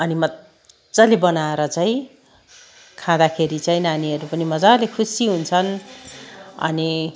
अनि मज्जाले बनाएर चाहिँ खाँदाखेरि चाहिँ नानीहरू पनि मजाले खुसी हुन्छन् अनि